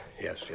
yes